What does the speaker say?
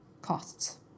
costs